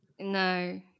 No